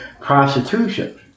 prostitution